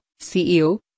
CEO